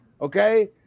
Okay